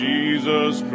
Jesus